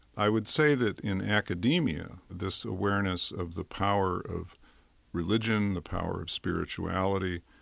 i would say that in academia this awareness of the power of religion, the power of spirituality,